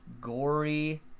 gory